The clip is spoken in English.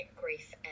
grief